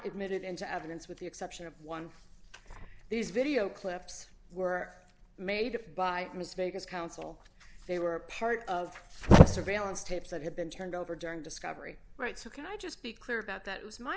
admitted into evidence with the exception of one these video clips were made by mr vegas counsel they were part of a surveillance tapes that have been turned over during discovery right so can i just be clear about that was my